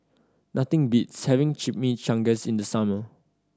nothing beats having Chimichangas in the summer